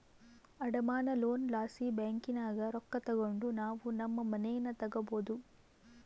ಅಡಮಾನ ಲೋನ್ ಲಾಸಿ ಬ್ಯಾಂಕಿನಾಗ ರೊಕ್ಕ ತಗಂಡು ನಾವು ನಮ್ ಮನೇನ ತಗಬೋದು